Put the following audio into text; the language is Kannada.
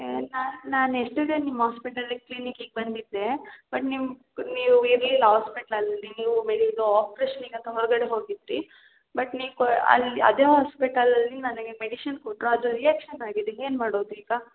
ಏ ನಾನು ಯಸ್ಟರ್ಡ್ಡೇ ನಿಮ್ಮ ಹಾಸ್ಪಿಟಲಿಗೆ ಕ್ಲಿನಿಕಿಗೆ ಬಂದಿದ್ದೆ ಬಟ್ ನಿಮ್ಮ ನೀವು ಇರಲಿಲ್ಲ ಹಾಸ್ಪಿಟ್ಲಲ್ಲಿ ನೀವು ಬೆಳಗ್ಗೆ ಆಪ್ರೇಷನ್ಗೆ ಅಂತ ಹೊರಗಡೆ ಹೋಗಿದ್ರಿ ಬಟ್ ನೀವು ಕೋ ಅಲ್ಲಿ ಅದೇ ಹಾಸ್ಪಿಟಲಲ್ಲಿ ನನಗೆ ಮೆಡಿಶನ್ ಕೊಟ್ಟರು ಅದು ರಿಯಾಕ್ಷನ್ ಆಗಿದೆ ಏನು ಮಾಡೋದು ಈಗ